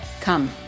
come